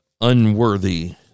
unworthy